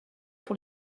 pour